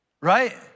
Right